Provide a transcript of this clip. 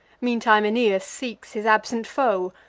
meantime aeneas seeks his absent foe,